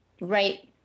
right